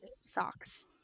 socks